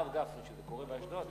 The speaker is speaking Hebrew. הרב גפני, שזה קורה באשדוד?